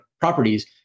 properties